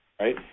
right